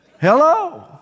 Hello